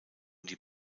die